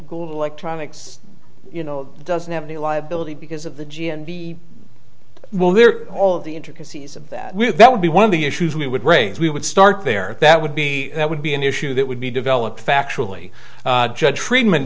to you know doesn't have any liability because of the g and b well there are all of the intricacies of that that would be one of the issues we would raise we would start there that would be that would be an issue that would be developed factually judge friedman